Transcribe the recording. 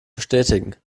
bestätigen